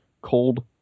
Cold